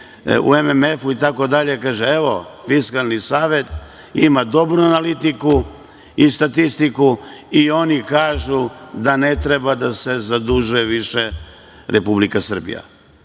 u MMF kaže – evo, Fiskalni savet ima dobru analitiku i statistiku i oni kažu da ne treba da se zadužuje više Republika Srbija. Znate,